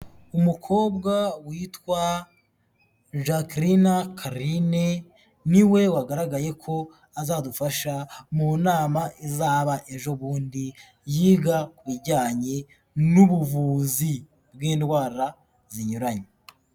Umukobwa witwa Jacquelina Carine, ni we wagaragaye ko azadufasha mu nama izaba ejo bundi yiga ku bijyanye n'ubuvuzi bw'indwara zinyuranye.